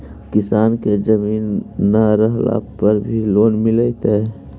किसान के जमीन न रहला पर भी लोन मिलतइ?